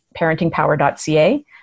parentingpower.ca